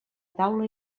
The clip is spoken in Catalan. taula